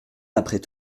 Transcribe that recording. après